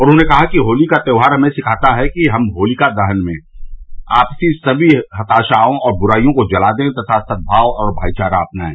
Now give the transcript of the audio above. उन्होंने कहा कि होली का त्योहार हमें सिखाता है कि हम होलिका दहन में अपनी समी हताशाओं और बुराई को जला दें तथा सद्भाव और भाईचारा अपनाएं